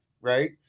right